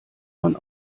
man